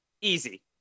easy